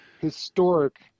historic